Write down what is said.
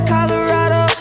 Colorado